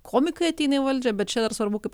komikai ateina į valdžią bet čia dar svarbu kaip